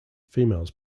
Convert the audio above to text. females